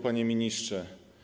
Panie Ministrze!